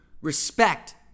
respect